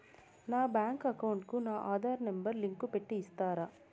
నా bank account కు నా ఆధార్ నెంబర్ లింకు పెట్టి ఇస్తారా?